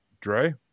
Dre